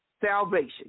salvation